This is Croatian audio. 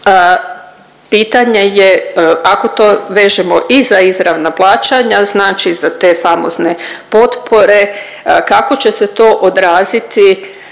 Pitanje je, ako to vežemo i za izravna plaćanja, znači za te famozne potpore, kako će se to odraziti.